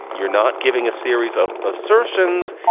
you're not giving a series of assertions.